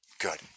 Good